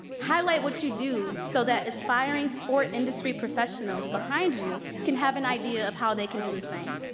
highlight what you do so that aspiring sport industry professionals behind you can have an idea of how they can do the same.